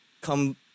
come